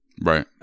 Right